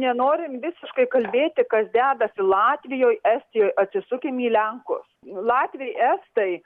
nenorim visiškai kalbėti kas dedasi latvijoj estijoj atsisukim į lenkus latviai estai